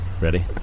Ready